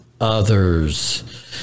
others